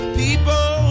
people